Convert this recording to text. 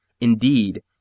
Indeed